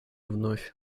вновь